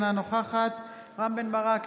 אינה נוכחת רם בן ברק,